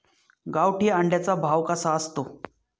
गावठी अंड्याचा भाव कसा असतो?